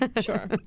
Sure